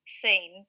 seen